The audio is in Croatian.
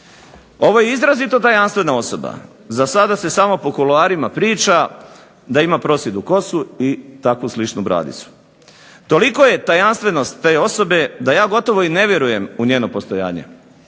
Ovo je izrazito tajanstvena osoba. Za sada se samo po kuloarima priča da ima prosijedu kosu i takvu sličnu bradicu. Toliko je tajanstvenost te osobe da ja gotovo i ne vjerujem u njeno postojanje